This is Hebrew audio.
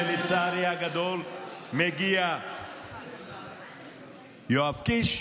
לצערי הגדול הגיע יואב קיש,